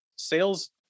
Sales